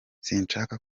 sinshaka